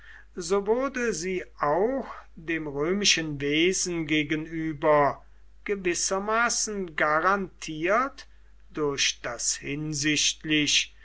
so wurde sie auch dem römischen wesen gegenüber gewissermaßen garantiert durch das hinsichtlich